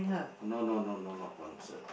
no no no no not concert